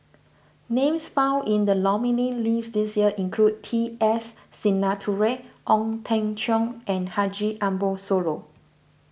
names found in the nominees' list this year include T S Sinnathuray Ong Teng Cheong and Haji Ambo Sooloh